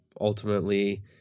ultimately